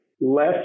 less